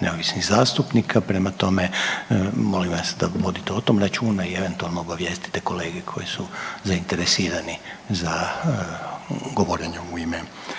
neovisnih zastupnika, prema tome molim vas da vodite o tome računa i eventualno obavijestite kolege koji su zainteresirani za govorenje u ime,